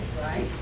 right